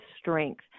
strength